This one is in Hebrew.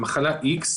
למחלה איקס,